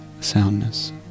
soundness